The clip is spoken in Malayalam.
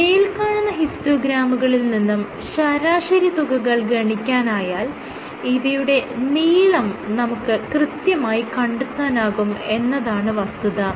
മേല്കാണുന്ന ഹിസ്റ്റോഗ്രാമുകളിൽ നിന്നും ശരാശരി തുകകൾ ഗണിക്കാനായാൽ ഇവയുടെ നീളം നമുക്ക് കൃത്യമായി കണ്ടെത്താനാകും എന്നതാണ് വസ്തുത